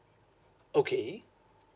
okay